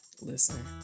Listen